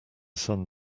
sun